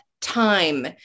time